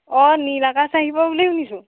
অ নীল আকাশ আহিব বুলি শুনিছোঁ